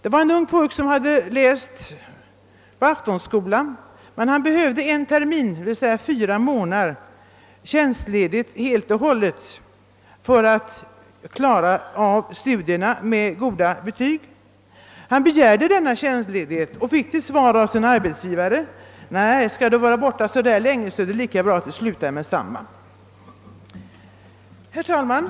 En ung pojke hade läst på aftonskola, men han behövde under en termin, d.v.s. fyra månader, tjänstledighet helt och hållet för att klara av studierna med goda betyg. fick till svar av sin arbetsgivare: »Nej, skall du vara borta så länge är det lika bra att du slutar med detsamma.» Herr talman!